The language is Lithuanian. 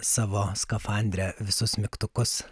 savo skafandre visus mygtukus